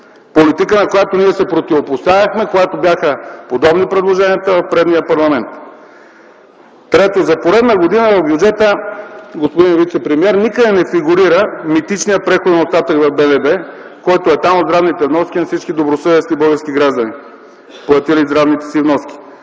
политика, на която ние се противопоставяхме, когато бяха подобни предложенията в предишния парламент. Трето, за поредна година в бюджета, господин вицепремиер, никъде не фигурира митичният преходен остатък в БНБ, който е там от здравните вноски на всички добросъвестни български граждани, платили здравните си вноски.